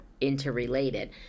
interrelated